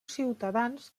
ciutadans